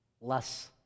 less